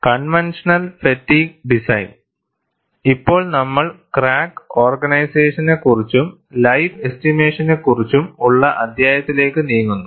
Conventional Fatigue Design conventional fatigue design ഇപ്പോൾ നമ്മൾ crack ഓർഗനൈസേഷനെക്കുറിച്ചും ലൈഫ് എസ്റ്റിമേഷനെക്കുറിച്ചും ഉള്ള അധ്യായത്തിലേക്ക് നീങ്ങുന്നു